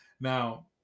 Now